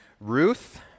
Ruth